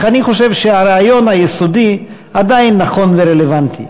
אך אני חושב שהרעיון היסודי עדיין נכון ורלוונטי.